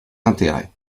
intérêt